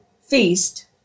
feast